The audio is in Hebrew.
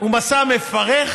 זה מסע מפרך,